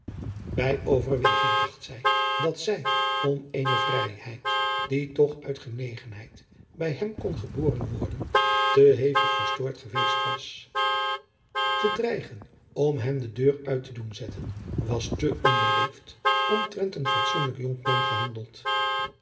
bij overweging dacht zij dat zij om eene vrijheid die toch uit genegenheid bij hem kon geboren worden te hevig te verstoord geweest was te dreigen om hem de deur uit te doen zetten was te onbeleefd omtrent een fatsoenlijk jonkman gehandeld